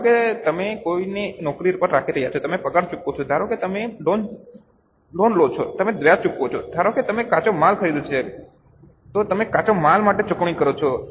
ધારો કે તમે કોઈને નોકરી પર રાખો છો તમે પગાર ચૂકવો છો ધારો કે તમે લોન લો છો તમે વ્યાજ ચૂકવો છો ધારો કે તમે કાચો માલ ખરીદો છો તો તમે કાચા માલ માટે ચૂકવણી કરો છો